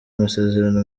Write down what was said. amasezerano